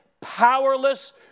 powerless